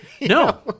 No